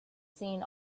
seen